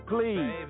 Please